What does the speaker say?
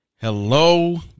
Hello